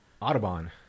Audubon